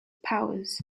powers